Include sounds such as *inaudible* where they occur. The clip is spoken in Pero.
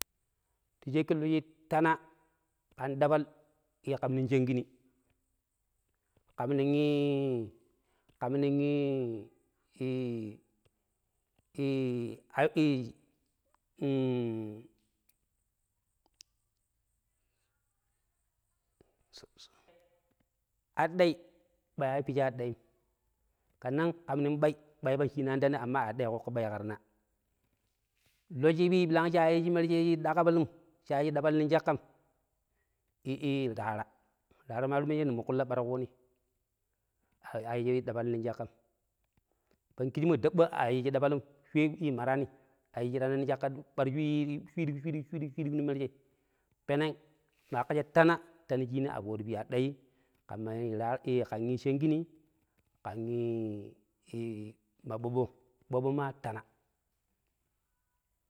﻿Ta shakki mushi tana ƙan ɗapal, ƙam nong shaankini, ƙam nin ii ƙam nin ii *hesitation* a noise aɗɗai, ɓai a ippiji aɗɗai 'im. Kanan ƙam nong ɓai, *noise* ɓai pang shi'ini an tanai amma aɗɗai ƙooƙo ɓai ƙa tana, lo ni birang shi a njuiji merje ƙa ɗabal'um shi a yiiji dabal nong caƙƙam, i raara, raara ma ta yu merje ndi muƙƙulla ɓara ƙuuni. Ayiiji ɗabal nong caƙƙum. Pang kijimoi daɓɓa a yiiji daɓal'um shoi i maraani a yiji tana nong caƙƙam ɓara shoi shwiiɗuk - shwliɗuk shwiiɗuk nong merjei, *noise* peneng ma ƙaƙƙo cha tana, tana shiini ar fooro pi aɗɗai'm ƙamma *hesitation* ƙan shang kini ƙan i ma ɓooɓo, ɓoobo ma tanaa.